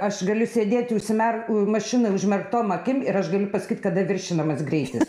aš galiu sėdėti užsimerkus mašinoje užmerktom akim ir aš galiu pasakyti kada viršijamas greitis